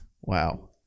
Wow